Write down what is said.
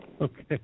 Okay